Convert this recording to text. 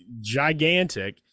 gigantic